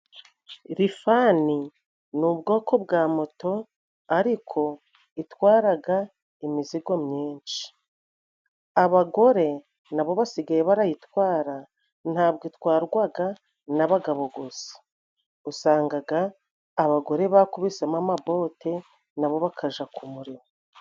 Rifani ni ubwoko bwa moto ariko itwaraga imizigo myinshi. Abagore na bo basigaye barayitwara nta bwo itwarwaga n'abagabo gusa. Usangaga abagore bakubisemo amabote na bo bakaja ku murimo.